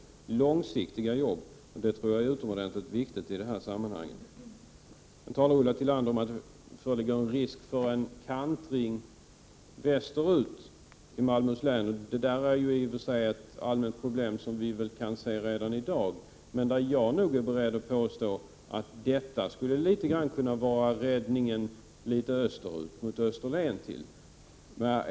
Och det blir långsiktiga jobb, vilket jag tror är utomordenfligt viktigt i det här sammanhanget. Ulla Tillander talar om att det föreligger risk för en kantring västerut i Malmöhus län. Det är i och för sig ett allmänt problem, som vi väl kan se redan i dag. Jag är beredd att påstå att en fast förbindelse skulle kunna vara räddningen för Österlen.